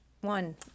one